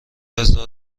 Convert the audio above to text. هزار